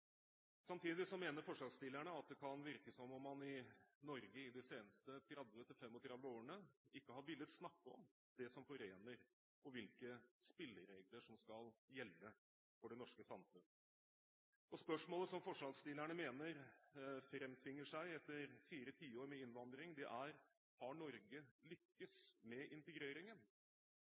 mener forslagsstillerne at det kan virke som om man i Norge i de seneste 30–35 årene ikke har villet snakke om det som forener, og hvilke spilleregler som skal gjelde for det norske samfunn. Spørsmålet som forslagsstillerne mener framtvinger seg etter fire tiår med innvandring, er: Har Norge lyktes med integreringen?